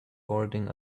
boarding